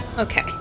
Okay